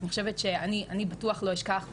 אני חושבת שאני בטוח לא אשכח,